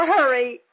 Hurry